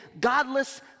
godless